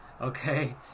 Okay